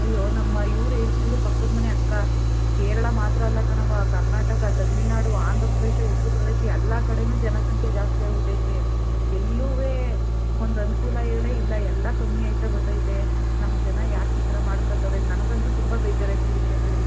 ಅಯ್ಯೋ ನಮ್ಮ ಇವರು ಹೇಳ್ತಿದ್ರು ಪಕ್ಕದ ಮನೆ ಅಕ್ಕ ಕೇರಳ ಮಾತ್ರ ಅಲ್ಲ ಕಣವ್ವ ಕರ್ನಾಟಕ ತಮಿಳುನಾಡು ಆಂಧ್ರಪ್ರದೇಶ ಉತ್ತರ ಪ್ರದೇಶ ಎಲ್ಲ ಕಡೆಯೂ ಜನಸಂಖ್ಯೆ ಜಾಸ್ತಿ ಆಗಿಬಿಟ್ಟೈತೆ ಎಲ್ಲೂ ಒಂದು ಅನ್ಕೂಲನೇ ಇಲ್ಲ ಎಲ್ಲ ಕಮ್ಮಿ ಆಗ್ತ ಬರ್ತೈತೆ ನಮ್ಮ ಜನ ಯಾಕೆ ಈ ಥರ ಮಾಡ್ಕೊತೌರೆ ನನಗಂತೂ ತುಂಬ ಬೇಜಾರಾಯ್ತು ಈ ವಿಷಯ ಕೇಳಿ